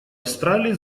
австралии